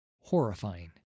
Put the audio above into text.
horrifying